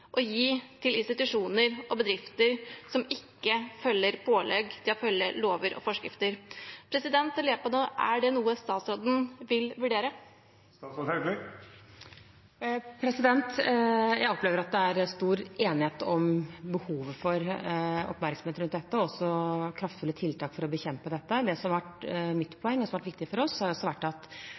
å gi til institusjoner og bedrifter som ikke følger pålegg til å følge lover og forskrifter. Er det noe statsråden vil vurdere? Jeg opplever at det er stor enighet om behovet for oppmerksomhet rundt dette, og også kraftfulle tiltak for å bekjempe det. Mitt poeng og det som var viktig for oss da vi endret regelverket i 2017, var at